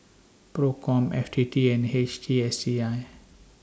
PROCOM F T T and H T S C I